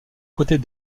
côtés